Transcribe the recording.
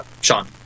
Sean